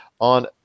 on